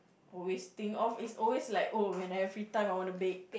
always think of it's always like oh when I have free time I want to bake